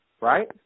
right